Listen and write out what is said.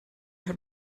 hat